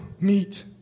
meet